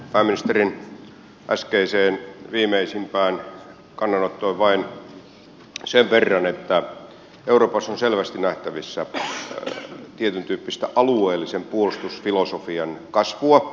pääministerin äskeiseen viimeisimpään kannanottoon vain sen verran että euroopassa on selvästi nähtävissä tietyntyyppistä alueellisen puolustusfilosofian kasvua